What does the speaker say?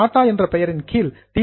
tata என்ற பெயரின் கீழ் டி